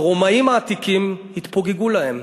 הרומאים העתיקים התפוגגו להם,